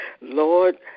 lord